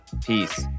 Peace